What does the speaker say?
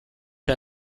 der